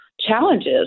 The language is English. challenges